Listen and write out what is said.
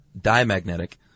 diamagnetic